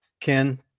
Ken